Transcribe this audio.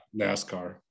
NASCAR